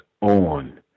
on